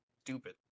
Stupid